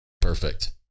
Perfect